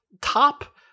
Top